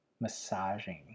massaging